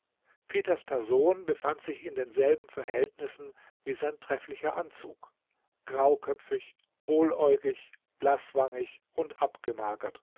peters person befand sich in denselben verhältnissen wie sein trefflicher anzug grauköpfig hohläugig blaßwangig und abgemagert